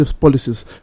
policies